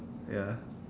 ya